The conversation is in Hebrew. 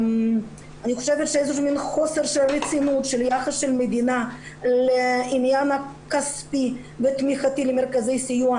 אני חושבת שיש חוסר רצינות מהמדינה לעניין הכספי ותמיכתי למרכזי סיוע,